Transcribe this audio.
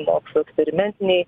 mokslo eksperimentinei